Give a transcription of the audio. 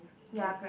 ya correct